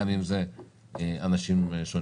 גם אם זה אנשים שונים.